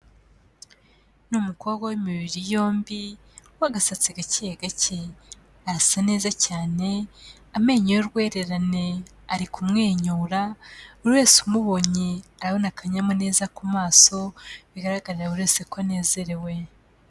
Ni umukobwa w'imibiri yombi w'agasatsi gake gake; arasa neza cyane, amenyo y'urwererane, ari kumwenyura, buri wese umubonye arabona akanyamuneza ku maso, bigaragarira buri wese ko anezerewe.